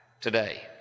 today